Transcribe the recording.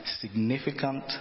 significant